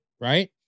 Right